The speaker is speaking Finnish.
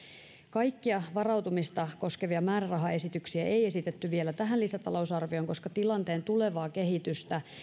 kaikkia varautumista koskevia määrärahaesityksiä ei esitetty vielä tähän lisätalousarvioon koska tilanteen tulevaa kehitystä